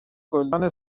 گلدان